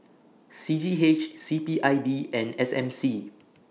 C G H C P I B and S M C